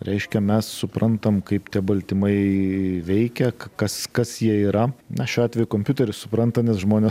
reiškia mes suprantam kaip tie baltymai veikia kas kas jie yra na šiuo atveju kompiuteris supranta nes žmonės